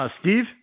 Steve